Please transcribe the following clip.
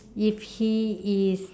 if he is